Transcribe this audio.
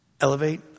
elevate